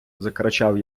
закричав